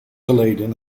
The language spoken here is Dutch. geleden